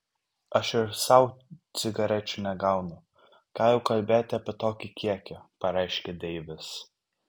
aš ir sau cigarečių negaunu ką jau kalbėti apie tokį kiekį pareiškė deivis